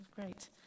great